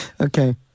Okay